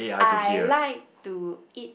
I like to eat